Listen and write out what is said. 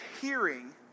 hearing